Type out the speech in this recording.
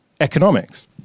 economics